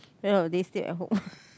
end of the day stay at home